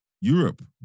Europe